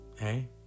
Hey